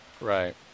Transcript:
Right